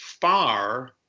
far